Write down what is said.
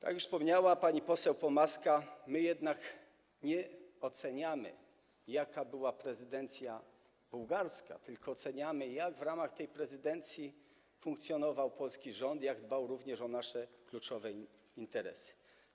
Jak już wspomniała pani poseł Pomaska, my jednak nie oceniamy, jaka była prezydencja bułgarska, tylko oceniamy, jak w ramach tej prezydencji funkcjonował polski rząd, jak dbał również o nasze kluczowe interesy.